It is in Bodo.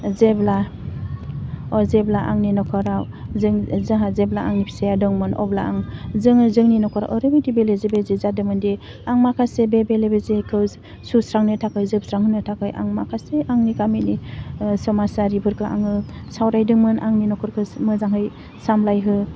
जेब्ला जेब्ला आंनि नखराव जों जाहा जेब्ला आंनि फिसाया दंमोन अब्ला आं जोंङो जोंनि नखराव ओरैबायदि बेलेजे बेजे जादोंमोनदि आं माखासे दे बेले बेजेखौ सुस्रांनो थाखाय जोबस्रांहोनो थाखाय आं माखासे आंनि गामिनि समाजारिफोरखौ आङो सावरायदोंमोन आंनि नखरखौ मोजाङै सामलायहो